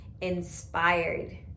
inspired